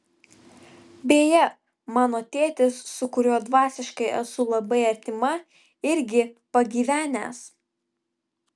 beje mano tėtis su kuriuo dvasiškai esu labai artima irgi pagyvenęs